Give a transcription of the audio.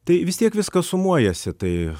tai vis tiek viskas sumuojasi tai